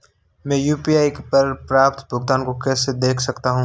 मैं यू.पी.आई पर प्राप्त भुगतान को कैसे देख सकता हूं?